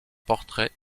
portraits